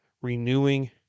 renewing